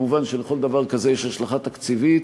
מובן שלכל דבר כזה יש השלכה תקציבית,